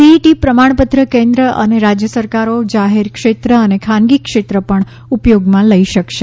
CET પ્રમાણપત્ર કેન્દ્ર અને રાજ્ય સરકારો જાહેર ક્ષેત્ર અને ખાનગી ક્ષેત્ર પણ ઉપયોગમાં લઈ શકશે